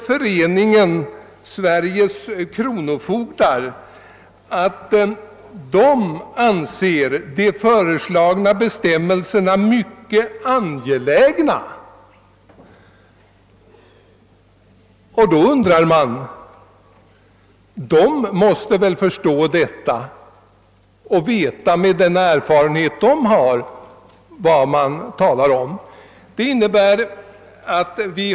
Föreningen Sveriges kronofogdar skriver, att de anser de föreslagna bestämmelserna »mycket angelägna». Man tycker att de med den erfarenhet de har väl förstår vad det rör sig om.